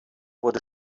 wurde